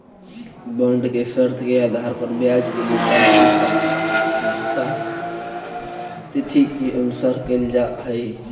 bond के शर्त के आधार पर ब्याज के भुगतान परिपक्वता तिथि के अनुसार कैल जा हइ